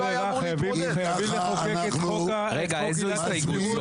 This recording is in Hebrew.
אין ברירה, חייבים לחוקק את חוק עילת הסבירות.